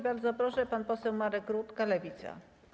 Bardzo proszę, pan poseł Marek Rutka, Lewica.